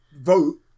vote